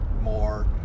more